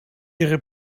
ihre